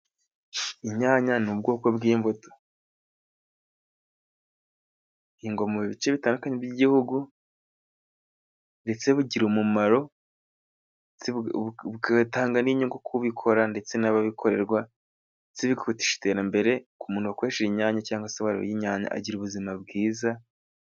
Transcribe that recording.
Inyanya ni ubwoko bw'imbuto, buhingwa mu bice bitandukanye by'igihugu, ndetse bugira umumaro ndetse bugatanga n'inyungu k'ubikora ndetse n'ababikorerwa, ndetse bikihutisha iterambere. Ku muntu wakoresheje inyanya cyangwa se wariye inyanya agira ubuzima bwiza.